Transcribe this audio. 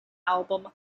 album